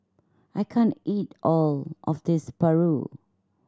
I can't eat all of this paru